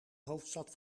hoofdstad